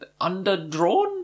underdrawn